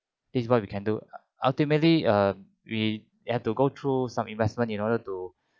this is what we can do ultimately uh we had to go through some investment in order to